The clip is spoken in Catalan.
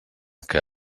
que